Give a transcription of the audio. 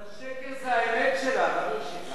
אבל השקר זה האמת שלה, ברור שכך.